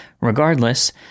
Regardless